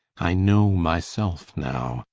i know my selfe now,